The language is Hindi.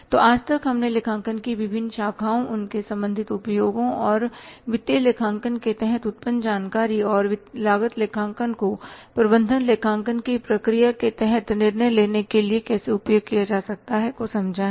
तो आज तक हमने लेखांकन की विभिन्न शाखाओं उनके संबंधित उपयोगों और वित्तीय लेखांकन के तहत उत्पन्न जानकारी और लागत लेखांकन को प्रबंधन लेखांकन की प्रक्रिया के तहत निर्णय लेने के लिए कैसे उपयोग किया जा सकता है समझा है